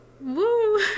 Woo